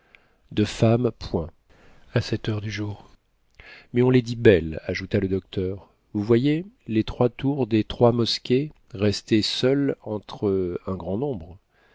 de femmes point à cette heure du jour mais on les dit belles ajouta le docteur vous voyez les trois tours des trois mosquées restées seules entre un grand nombre